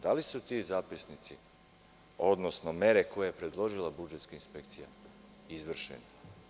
Da li su ti zapisnici, odnosno mere koje je predložila budžetska inspekcija izvršene?